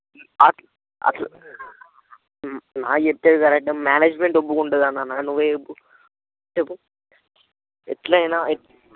అట్ల్ నాకు చెప్పేది కరెక్టే మేనేజ్మెంట్ ఒప్పుకుంటుందా నాన్నా నువ్వే చెప్పు చెప్పు ఎట్లయిన ఎట్